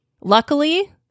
Luckily